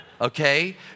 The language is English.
okay